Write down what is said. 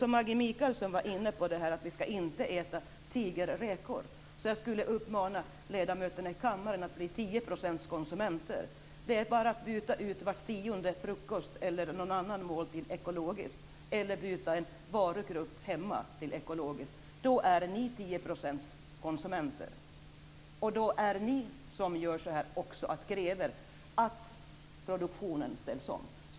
Maggi Mikaelsson var inne på att vi inte skall äta tigerräkor. Jag skulle vilja uppmana ledamöterna i kammaren att bli 10-procentskonsumenter. Det är bara att byta ut var tionde frukost eller någon annan måltid till en ekologisk måltid eller byta ut en varugrupp till en ekologisk sådan. Då är ni 10 procentskonsumenter. Då är ni med och kräver att produktionen ställs om.